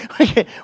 Okay